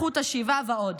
זכות השיבה ועוד.